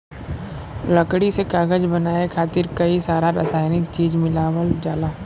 लकड़ी से कागज बनाये खातिर कई सारा रासायनिक चीज मिलावल जाला